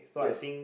yes